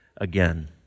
again